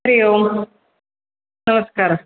हरिः ओम् नमस्कारः